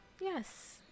Yes